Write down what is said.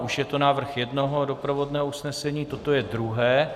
Už je to návrh jednoho doprovodného usnesení, toto je druhé.